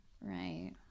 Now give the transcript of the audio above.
Right